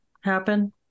happen